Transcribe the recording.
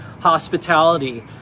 Hospitality